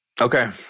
Okay